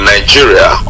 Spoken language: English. Nigeria